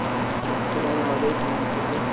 hello السلام علیکم و رحمتہ اللہ